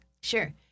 Sure